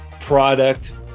product